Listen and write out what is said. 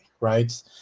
Right